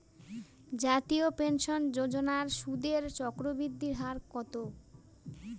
জাতীয় পেনশন যোজনার সুদের চক্রবৃদ্ধি হার কত?